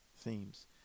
themes